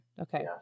okay